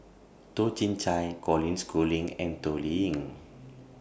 Toh Chin Chye Colin Schooling and Toh Liying